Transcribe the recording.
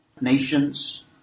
nations